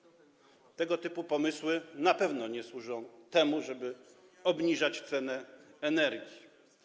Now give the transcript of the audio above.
Tego typu pomysły na pewno nie służą temu, żeby obniżać cenę energii.